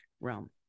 realm